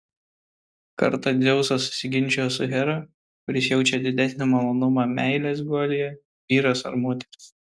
kartą dzeusas susiginčijo su hera kuris jaučia didesnį malonumą meilės guolyje vyras ar moteris